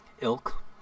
ilk